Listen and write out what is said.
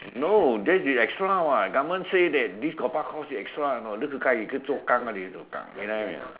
no that is extra [what] government say that this hokkien extra lah you know hokkien you know what I mean or not